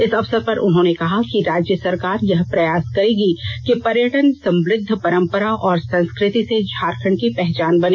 इस अवसर उन्होंने कहा कि राज्य सरकार यह प्रयास करेगी कि पर्यटन समृद्ध परम्परा और संस्कृति से झारखण्ड की पहचान बने